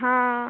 ಹಾಂ